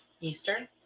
Eastern